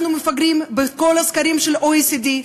אנחנו מפגרים בכל הסקרים של ה-OECD.